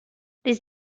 this